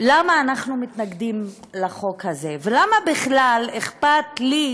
למה אנחנו מתנגדים לחוק הזה ולמה בכלל אכפת לי